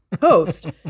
post